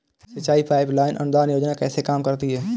सिंचाई pipeline अनुदान योजना कैसे काम करती है?